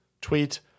tweet